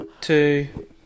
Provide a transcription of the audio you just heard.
two